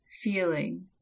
feeling